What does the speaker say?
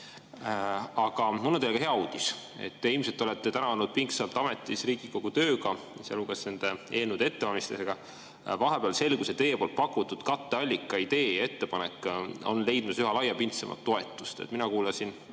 mul on teile hea uudis. Te ilmselt olete täna olnud pingsalt ametis Riigikogu tööga, sealhulgas nende eelnõude ettevalmistamisega. Vahepeal selgus, et teie pakutud katteallika idee ja ettepanek on leidnud üha laiapindsemat toetust. Mina kuulasin